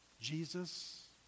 Jesus